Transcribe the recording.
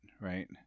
right